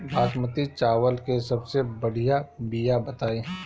बासमती चावल के सबसे बढ़िया बिया बताई?